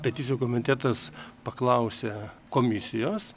peticijų komitetas paklausė komisijos